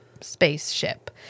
spaceship